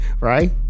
Right